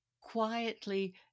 quietly